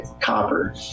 copper